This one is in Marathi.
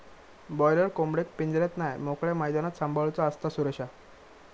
बॉयलर कोंबडेक पिंजऱ्यात नाय मोकळ्या मैदानात सांभाळूचा असता, सुरेशा